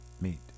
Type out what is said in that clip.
meet